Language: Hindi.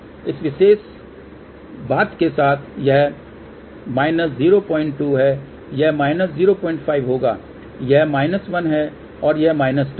इस विशेष बात के साथ यह 02 है यह 05 होगा यह 1 है यह 2 है